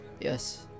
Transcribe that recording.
Yes